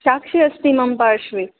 साक्षी अस्ति मम पार्श्वे